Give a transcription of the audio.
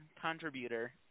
Contributor